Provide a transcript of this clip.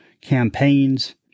campaigns